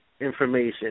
information